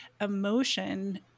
emotion